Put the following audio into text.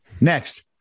Next